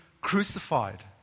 crucified